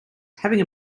having